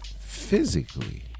physically